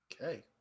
okay